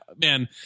man